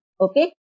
Okay